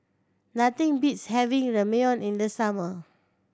nothing beats having Ramyeon in the summer